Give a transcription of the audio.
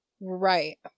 Right